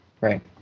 Right